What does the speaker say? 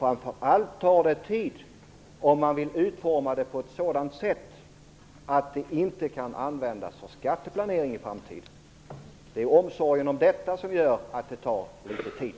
Framför allt tar det tid om man vill utforma det på ett sådant sätt att det inte kan användas för skatteplanering i framtiden. Det är omsorgen om detta som gör att det tar litet tid.